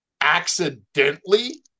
accidentally